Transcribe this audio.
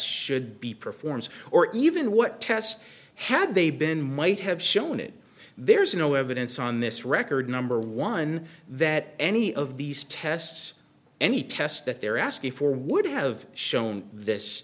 should be performed or even what tests had they been might have shown it there is no evidence on this record number one that any of these tests any tests that they're asking for would have shown this